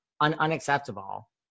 unacceptable